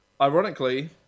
Ironically